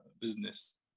business